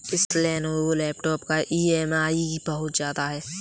इस Lenovo laptop का EMI बहुत ज्यादा है